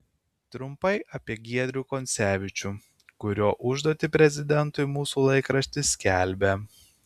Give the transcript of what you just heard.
trumpai apie giedrių koncevičių kurio užduotį prezidentui mūsų laikraštis skelbia